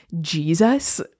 Jesus